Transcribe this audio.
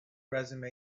resume